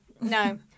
no